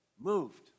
moved